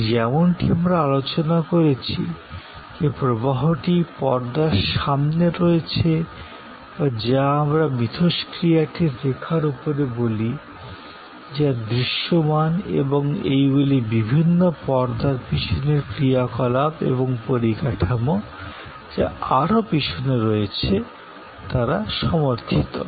এবং যেমনটি আমরা আলোচনা করেছি যে প্রবাহটি পর্দার সামনে রয়েছে বা যা আমরা মিথস্ক্রিয়াটির রেখার উপরে বলি যা দৃশ্যমান এবং এইগুলি বিভিন্ন পর্দার পিছনের ক্রিয়াকলাপ এবং পরিকাঠামো যা আরও পিছনে রয়েছে দ্বারা সমর্থিত